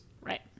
right